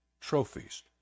trophies